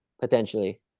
Potentially